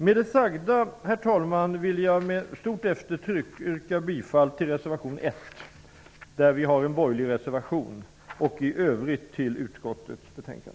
Med det sagda, herr talman, vill jag med stort eftertryck yrka bifall till reservation 1, en borgerlig reservation, och i övrigt bifall till utskottets hemställan.